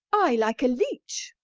ay, like a leech,